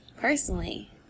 Personally